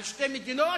על שתי מדינות,